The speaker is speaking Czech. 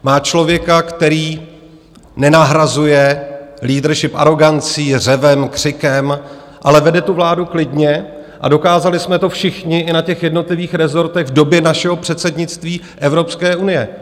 Má člověka, který nenahrazuje leadership arogancí, řevem, křikem, ale vede tu vládu klidně, a dokázali jsme to všichni i na těch jednotlivých resortech v době našeho předsednictví Evropské unie.